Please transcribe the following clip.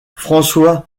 françois